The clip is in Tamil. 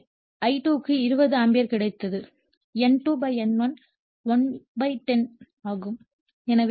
எனவே I2 க்கு 20 ஆம்பியர் கிடைத்தது N2 N1 110 ஆகும்